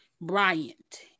Bryant